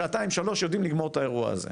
שעתיים שלוש יודעים לגמור את האירוע הזה.